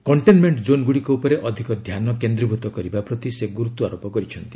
containment ଜୋନ୍ଗୁଡ଼ିକ ଉପରେ ଅଧିକ ଧ୍ୟାନ କେନ୍ଦ୍ରୀଭୂତ କରିବା ପ୍ରତି ସେ ଗୁରୁତ୍ୱାରୋପ କରିଛନ୍ତି